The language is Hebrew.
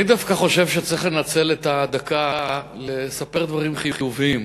אני דווקא חושב שצריך לנצל את הדקה לספר דברים חיוביים,